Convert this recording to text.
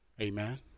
amen